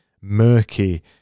murky